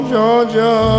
Georgia